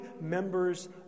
members